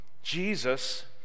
Jesus